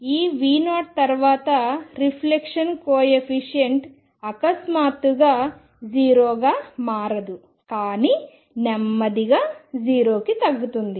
ఈ V0 తర్వాత reflection coefficient అకస్మాత్తుగా 0గా మారదు కానీ నెమ్మదిగా 0 కి తగ్గుతుంది